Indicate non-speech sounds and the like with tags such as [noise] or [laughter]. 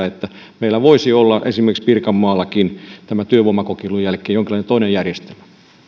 [unintelligible] että meillä voisi olla esimerkiksi pirkanmaallakin tämän työvoimakokeilun jälkeen jonkinlainen toinen järjestelmä